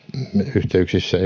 yhteyksissä